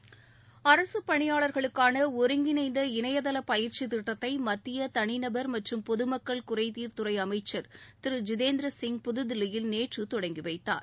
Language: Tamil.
ஒருங்கிணைந்த அரசு பணியாளர்களுக்கான இணையதள பயிற்சி திட்டத்தை மத்திய தனிநபர் மற்றும் பொது மக்கள் குறைதீர்துறை அமைச்சர் திரு ஜிதேந்திர சிங் புதுதில்லியில் நேற்று தொடங்கி வைத்தார்